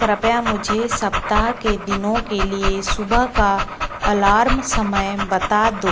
कृपया मुझे सप्ताह के दिनों के लिए सुबह का अलार्म समय बता दो